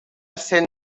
cent